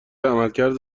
عملکرد